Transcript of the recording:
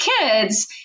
kids